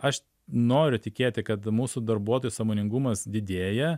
aš noriu tikėti kad mūsų darbuotojų sąmoningumas didėja